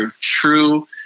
true